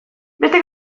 beste